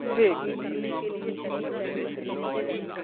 ٹھیک ٹھیک